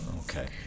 Okay